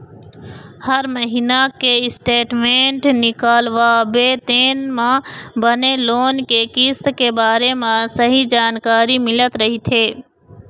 हर महिना के स्टेटमेंट निकलवाबे तेन म बने लोन के किस्त के बारे म सहीं जानकारी मिलत रहिथे